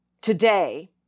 today